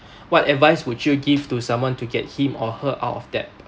what advice would you give to someone to get him or her out of debt